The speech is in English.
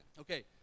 Okay